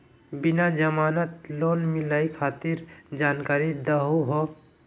बिना जमानत लोन मिलई खातिर जानकारी दहु हो?